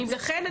לכן,